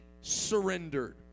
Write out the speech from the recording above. surrendered